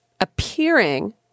appearing